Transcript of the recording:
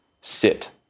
sit